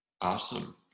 Awesome